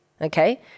okay